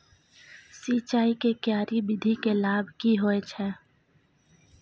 सिंचाई के क्यारी विधी के लाभ की होय छै?